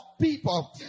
people